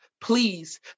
Please